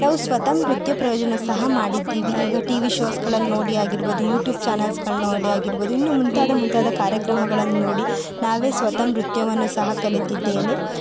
ನಾವು ಸ್ವತಃ ನೃತ್ಯ ಪ್ರಯೋಜನವು ಸಹ ಮಾಡಿದ್ದೀವಿ ಈಗ ಟಿ ವಿ ಶೋಸ್ಗಳಲ್ಲಿ ನೋಡಿ ಆಗಿರ್ಬೋದು ಯೂಟ್ಯೂಬ್ ಚಾನೆಲ್ಸ್ಗಳನ್ನು ನೋಡಿ ಆಗಿರ್ಬೋದು ಇನ್ನೂ ಮುಂತಾದ ಮುಂತಾದ ಕಾರ್ಯಕ್ರಮಗಳನ್ನು ನೋಡಿ ನಾವೇ ಸ್ವತಃ ನೃತ್ಯವನ್ನು ಸಹ ಕಲಿತಿದ್ದೇನೆ